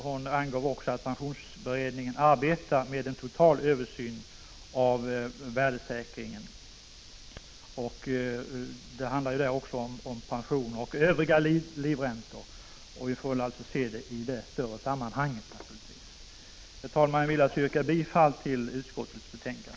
Hon angav också att pensionsberedningen arbetar med en total översyn av värdesäkringen av pensioner och övriga livräntor. Vi får väl därför avvakta och se detta i ett större sammanhang. Herr talman! Jag vill yrka bifall till utskottets hemställan.